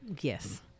Yes